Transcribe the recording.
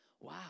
wow